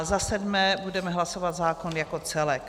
Za sedmé budeme hlasovat zákon jako celek.